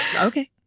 Okay